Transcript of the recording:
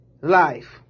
life